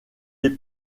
les